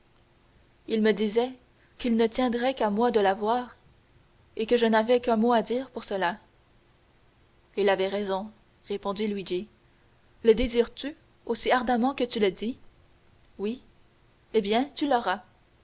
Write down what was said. il me disait qu'il ne tiendrait qu'à moi de l'avoir et que je n'avais qu'un mot à dire pour cela il avait raison répondit luigi le désires-tu aussi ardemment que tu le dis oui eh bien tu l'auras